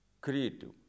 creative